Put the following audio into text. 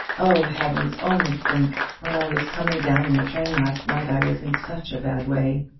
oh, heavens, only think, when i was coming down in the train last night i was in such a bad way.